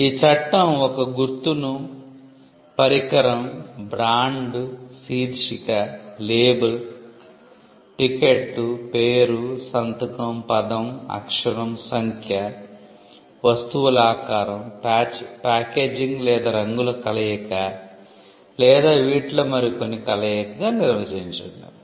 ఈ చట్టం ఒక గుర్తును పరికరం బ్రాండ్ శీర్షిక లేబుల్ టికెట్ పేరు సంతకం పదం అక్షరం సంఖ్య వస్తువుల ఆకారం ప్యాకేజింగ్ లేదా రంగుల కలయిక లేదా వీటిలో మరికొన్ని కలయికగా నిర్వచించింది